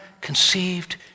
conceived